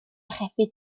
archebu